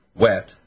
wet